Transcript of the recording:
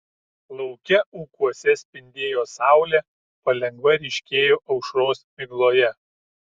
lauke ūkuose spindėjo saulė palengva ryškėjo aušros migloje